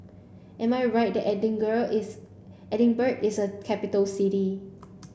am I right that Edingirl is Edinburgh is a capital city